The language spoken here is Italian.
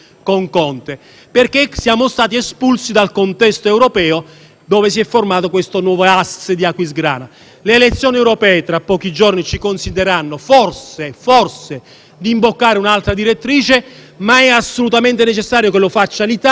dove si è formato questo nuovo asse di Aquisgrana. Le elezioni europee tra pochi giorni ci consentiranno forse di imboccare un'altra direttrice, ma è assolutamente necessario che lo faccia l'Italia, perché è l'unico Paese escluso